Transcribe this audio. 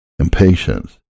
Impatience